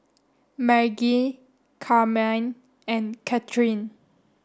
Maggie Carmine and Katheryn